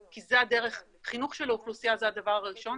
כי חינוך של האוכלוסייה זה הדבר הראשון,